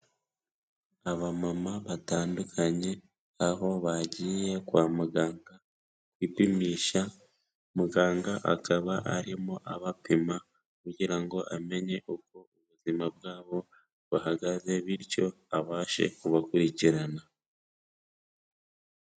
Abamama batandukanye aho bagiye kwa muganga kwipimisha, muganga akaba arimo abapima kugira ngo amenye uko ubuzima bwabo buhagaze bityo abashe kubakurikirana.